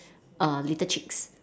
err little chicks